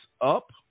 up